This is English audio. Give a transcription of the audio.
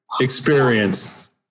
experience